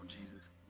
Jesus